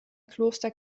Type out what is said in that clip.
kloster